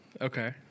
Okay